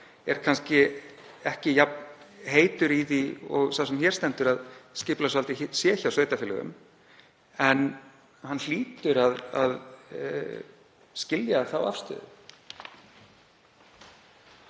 er kannski ekki jafn heitur í því og sá sem hér stendur að skipulagsvaldið sé hjá sveitarfélögunum. En hann hlýtur að skilja þá afstöðu.